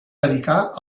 dedicar